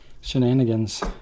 Shenanigans